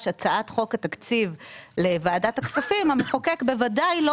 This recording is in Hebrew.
הצעת חוק התקציב לוועדת הכספים המחוקק בוודאי לא